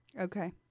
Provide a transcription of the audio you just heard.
Okay